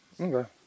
Okay